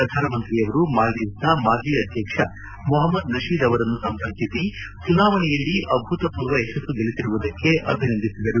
ಪ್ರಧಾನಮಂತ್ರಿ ಅವರು ಮಾಲ್ಡೀವ್ಸ್ನ ಮಾಜಿ ಅಧ್ಯಕ್ಷ ಮೊಹಮ್ನದ್ ನತೀದ್ ಅವರನ್ನು ಸಂಪರ್ಕಿಸಿ ಚುನಾವಣೆಯಲ್ಲಿ ಅಭೂತಪೂರ್ವ ಯಶಸ್ಸು ಗಳಿಸಿರುವುದಕ್ಕೆ ಅಭಿನಂದಿಸಿದರು